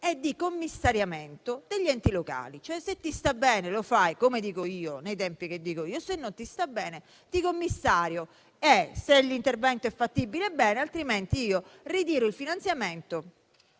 e di commissariamento degli enti locali. Cioè, se ti sta bene lo fai, come dico io, nei tempi che dico io; se non ti sta bene, ti commissario; se l'intervento è fattibile, bene, altrimenti ritiro il finanziamento